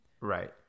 right